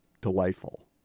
delightful